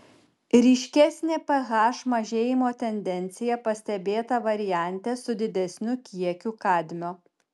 ryškesnė ph mažėjimo tendencija pastebėta variante su didesniu kiekiu kadmio